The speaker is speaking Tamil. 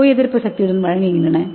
நோயெதிர்ப்பு சக்தியுடன் வழங்குகின்றன